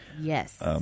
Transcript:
Yes